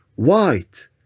white